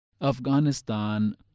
Afghanistan